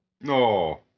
No